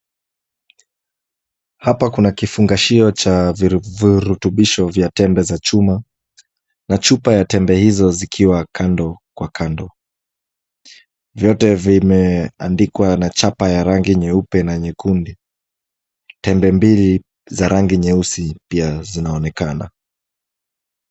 Hapa kuna kifungashio cha virutubisho vya tembe za chuma, na chupa ya pembe hizo zikiwa kando kwa kando. Vyote vimeandikwa na chapa ya rangi nyeupe na nyekundu, tembe mbili za rangi nyeusi pia zinaonekana.